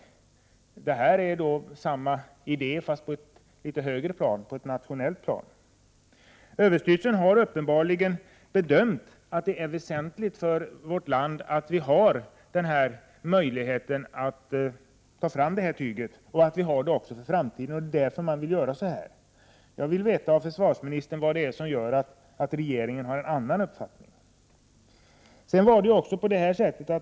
Att köpa svenskt uniformstyg är ungefär samma idé, fast på ett högre plan, på ett nationellt plan. Överstyrelsen för civil beredskap har uppenbarligen bedömt att det är väsentligt för vårt land att det finns möjlighet att ta fram ett uniformstyg och att denna möjlighet kvarstår även i framtiden. Det är därför som man vid ÖCB har gjort denna bedömning. Jag vill veta av försvarsministern varför regeringen har en annan bedömning.